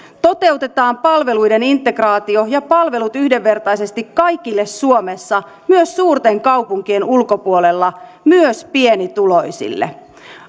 toteutetaan palveluiden integraatio ja palvelut yhdenvertaisesti kaikille suomessa myös suurten kaupunkien ulkopuolella myös pienituloisille